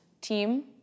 team